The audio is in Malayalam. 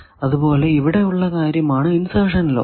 അതുപോലെ ഇവിടെ ഉള്ള കാര്യമാണ് ഇൻസെർഷൻ ലോസ്